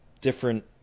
different